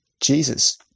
Jesus